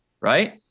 Right